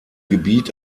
gebiet